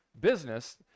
business